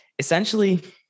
Essentially